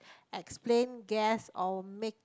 explain guess or make